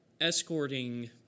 escorting